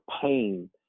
pain